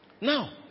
Now